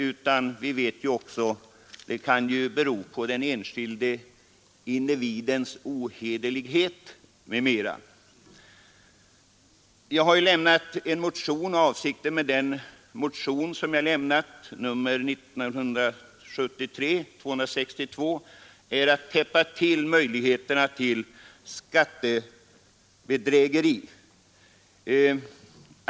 Vi vet att det också kan bero på den enskilde individens ohederlighet m.m. Avsikten med motionen 262, som jag lämnat, är att täppa till möjligheterna till skattebedrägeri.